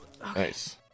Nice